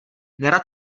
nerad